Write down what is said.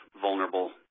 vulnerable